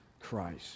Christ